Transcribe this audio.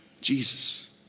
Jesus